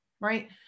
right